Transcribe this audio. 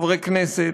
חברי כנסת,